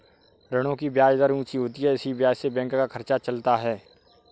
ऋणों की ब्याज दर ऊंची होती है इसी ब्याज से बैंक का खर्चा चलता है